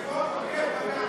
זה חוק עוקף-בג"ץ.